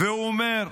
והוא אומר: